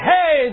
Hey